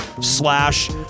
slash